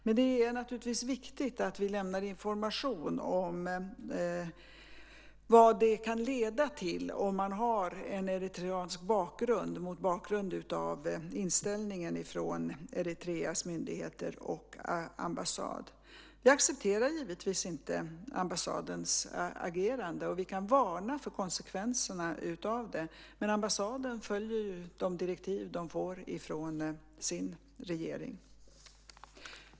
Men det är naturligtvis viktigt att vi lämnar information om vad det kan leda till om man har en eritreansk bakgrund, mot bakgrund av inställningen från Eritreas myndigheter och ambassad. Vi accepterar givetvis inte ambassadens agerande, och vi kan varna för konsekvenserna av det. Men ambassaden följer de direktiv de får från sin regering.